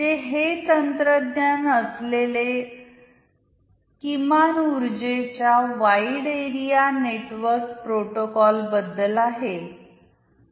जे हे तंत्रज्ञान असलेले किमान ऊर्जॆच्या वाइड एरिया नेटवर्क प्रोटोकॉल बद्दल आहे